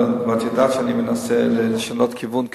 ואת יודעת שאני מנסה לשנות כיוון כאן.